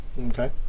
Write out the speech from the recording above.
Okay